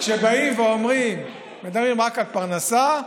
כשבאים ואומרים: מדברים רק על פרנסה,